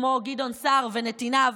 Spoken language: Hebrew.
כמו גדעון סער ונתיניו,